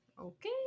Okay